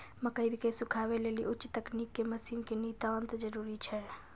मकई के सुखावे लेली उच्च तकनीक के मसीन के नितांत जरूरी छैय?